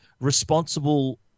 responsible